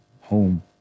home